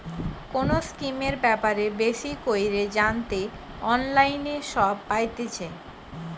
কোনো স্কিমের ব্যাপারে বেশি কইরে জানতে অনলাইনে সব পাইতেছে